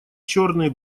черные